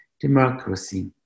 democracy